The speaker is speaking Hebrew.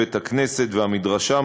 בית-הכנסת והמדרשה,